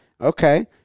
Okay